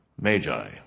Magi